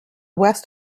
west